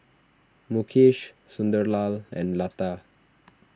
Mukesh Sunderlal and Lata